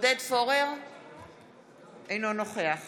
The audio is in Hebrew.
אינו נוכח